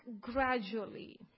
gradually